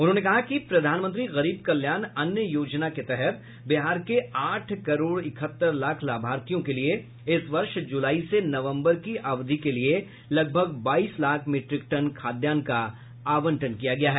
उन्होंने कहा कि प्रधानमंत्री गरीब कल्याण अन्न योजना के तहत बिहार के आठ करोड़ इकहत्तर लाख लाभार्थियों के लिए इस वर्ष जुलाई से नवम्बर की अवधि के लिए लगभग बाईस लाख मीट्रिक टन खाद्यान्न का आवंटन किया गया है